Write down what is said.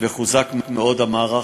וחוזק מאוד המערך